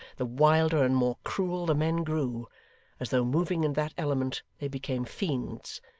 the wilder and more cruel the men grew as though moving in that element they became fiends,